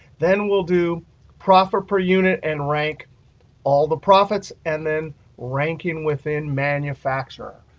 then we'll do profit per unit and rank all the profits, and then ranking within manufacturer.